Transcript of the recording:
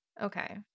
Okay